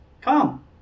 Come